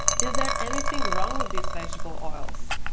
is there anything wrong with these vegetable oils?